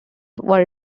were